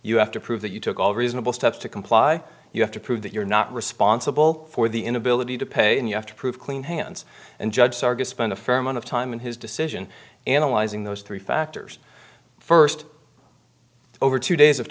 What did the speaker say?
you have to prove that you took all reasonable steps to comply you have to prove that you're not responsible for the inability to pay and you have to prove clean hands and judge sargon spent a fair amount of time in his decision analyzing those three factors first over two days of